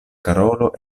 karolo